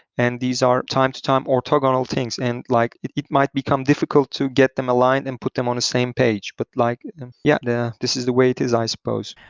and these are, time-to-time orthogonal things, and like it it might become difficult to get them aligned and put them on the same page. but like yeah yeah, this is the way it is i suppose.